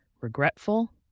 regretful